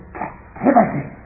captivity